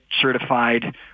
certified